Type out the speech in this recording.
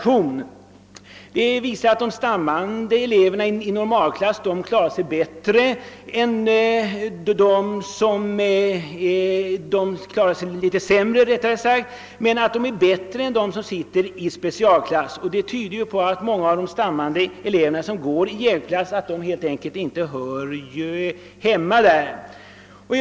Det har också visat sig att de stammande eleverna i normalklass klarar sig något sämre än Övriga elever men att de är bättre än de som är placerade i specialklass. Detta tyder på att många av de elever som går i hjälpklass helt enkelt inte hör hemma där.